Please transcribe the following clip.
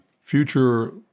future